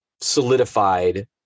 solidified